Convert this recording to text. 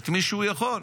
את מי שהוא יכול,